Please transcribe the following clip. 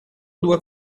due